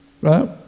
Right